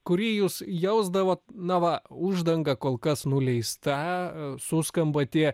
kurį jūs jausdavot na va uždanga kol kas nuleista suskamba tie